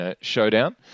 showdown